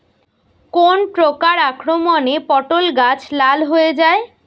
কোন প্রকার আক্রমণে পটল গাছ লাল হয়ে যায়?